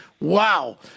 wow